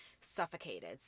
suffocated